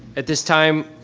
at this time,